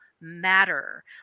matter